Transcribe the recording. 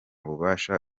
bubasha